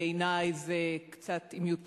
בעיני זה קצת, אם יותַר,